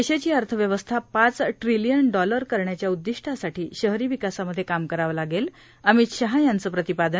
देशाची अर्थव्यवस्था पाच ट्रिलियन डॉलर करण्याच्या उद्दीष्टासाठी शहरी विकासामध्ये काम करावं लागेल अमित शाह यांचं प्रतिपादन